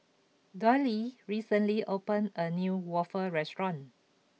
Dollye recently opened a new Waffle restaurant